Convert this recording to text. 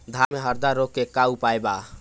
धान में हरदा रोग के का उपाय बा?